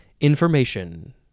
information